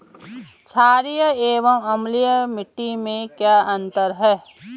छारीय एवं अम्लीय मिट्टी में क्या अंतर है?